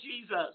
Jesus